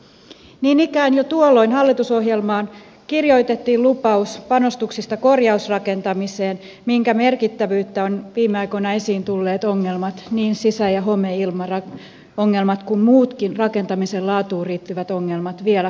niin ikään jo tuolloin hallitusohjelmaan kirjoitettiin lupaus panostuksista korjausrakentamiseen minkä merkittävyyttä ovat viime aikoina esiin tulleet ongelmat niin sisäilma ja homeongelmat kuin muutkin rakentamisen laatuun liittyvät ongelmat vielä korostaneet